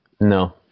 No